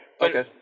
Okay